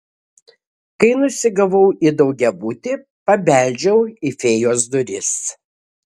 kai nusigavau į daugiabutį pabeldžiau į fėjos duris